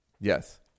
Yes